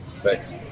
Thanks